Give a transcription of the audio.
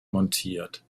montiert